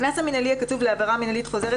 הקנס המינהלי הקצוב לעבירה מינהלית חוזרת